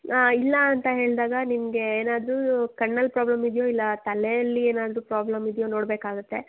ಹಾಂ ಇಲ್ಲ ಅಂತ ಹೇಳಿದಾಗ ನಿಮಗೆ ಏನಾದರೂ ಕಣ್ಣಲ್ಲಿ ಪ್ರಾಬ್ಲಮ್ ಇದೆಯೋ ಇಲ್ಲ ತಲೆಯಲ್ಲಿ ಏನಾದರೂ ಪ್ರಾಬ್ಲಮ್ ಇದೆಯೋ ನೋಡ್ಬೇಕಾಗುತ್ತೆ